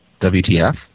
WTF